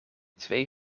twee